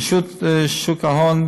רשות שוק ההון,